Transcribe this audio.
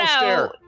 no